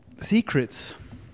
secrets